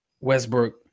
Westbrook